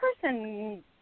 person